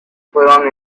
fueron